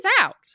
out